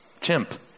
chimp